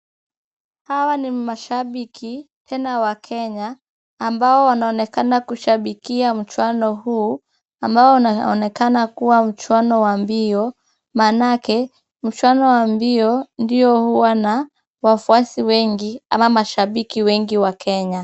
Hawa ni mashabiki tena wakenya, ambao wanaonekana kushabikia mchuano huu ambao unaonekana kuwa mchuano wa mbio, manake mchuano wa mbio ndio huwa na wafuasi wengi ama mashabiki wengi wakenya.